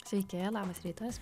sveiki labas rytas